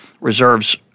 Reserve's